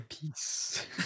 Peace